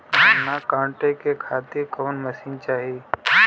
गन्ना कांटेके खातीर कवन मशीन चाही?